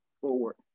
forward